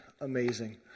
amazing